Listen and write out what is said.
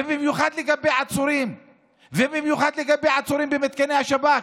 ובמיוחד לגבי עצורים ובמיוחד לגבי עצורים במתקני השב"כ,